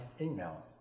email